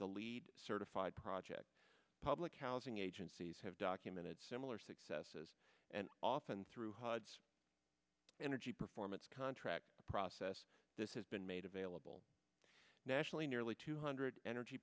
the lead certified project public housing agencies have documented similar successes and often through hods energy performance contract process this has been made available nationally nearly two hundred energy